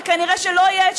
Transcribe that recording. וכנראה ששתיהן לא יהיו.